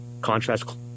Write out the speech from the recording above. contrast